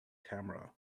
camera